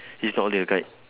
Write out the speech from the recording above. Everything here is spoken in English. he's not holding the kite